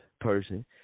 person